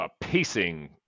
pacing